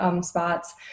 spots